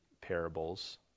parables